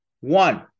One